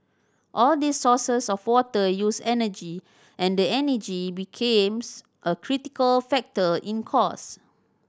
all these sources of water use energy and energy becomes a critical factor in cost